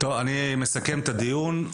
אני מסכם את הדיון.